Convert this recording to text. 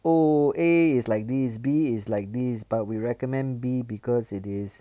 oh A is like this B is like this but we recommend B because it is